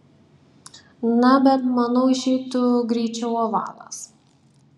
na bet manau išeitų greičiau ovalas